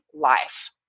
life